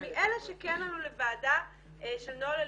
מאלה שכן עלו לוועדה של נוהל אלימות,